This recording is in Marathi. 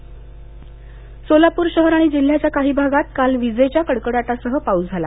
अभभभभभ पाऊस सोलापूर शहर आणि जिल्ह्याच्या काही भागात काल विजेच्या कडकडाटासह पाऊस झाला